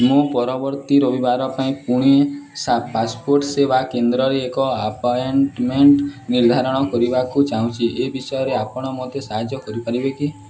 ମୁଁ ପରବର୍ତ୍ତୀ ରବିବାର ପାଇଁ ପୁଣି ପାସପୋର୍ଟ ସେବା କେନ୍ଦ୍ରରେ ଏକ ଆପଏଣ୍ଟମେଣ୍ଟ ନିର୍ଦ୍ଧାରଣ କରିବାକୁ ଚାହୁଁଛି ଏ ବିଷୟରେ ଆପଣ ମୋତେ ସାହାଯ୍ୟ କରିପାରିବେ କି